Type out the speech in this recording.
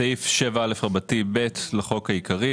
תיקון סעיף 7א 3. בסעיף 7א(ב) לחוק העיקרי,